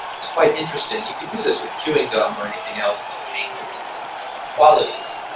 it's quite interesting, you can do this with chewing gum or anything else that changes its qualities